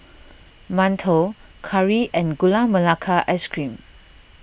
Mantou Curry and Gula Melaka Ice Cream